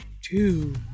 Two